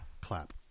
Clap